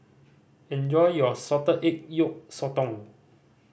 enjoy your salted egg yolk sotong